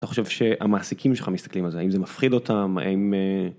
אתה חושב שהמעסיקים שלך מסתכלים על זה, האם זה מפחיד אותם, האם...